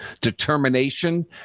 determination